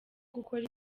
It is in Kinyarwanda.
gukora